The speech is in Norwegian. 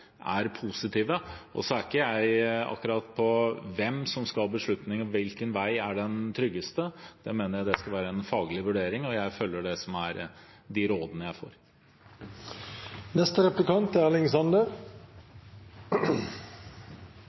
er positive. Jeg er ikke veldig på hvem som skal beslutte hvilken vei som er den tryggeste – jeg mener at det skal være en faglig vurdering, og jeg følger de rådene jeg